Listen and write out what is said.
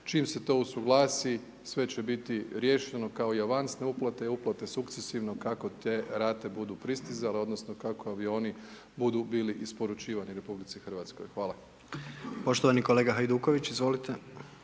Čim se to usuglasi, sve će biti riješeno, kao i avanse uplate i uplate, sukcesivno, kako te rate budu pristizale, odnosno kako avioni budu bili isporučivani RH. Hvala. **Jandroković, Gordan (HDZ)** Poštovani kolega Hajduković, izvolite.